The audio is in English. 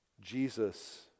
Jesus